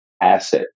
asset